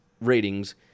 ratings